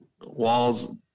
walls